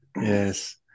Yes